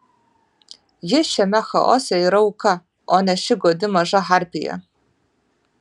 ji šiame chaose yra auka o ne ši godi maža harpija